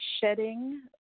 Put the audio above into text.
shedding